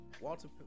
Walter